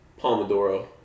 Pomodoro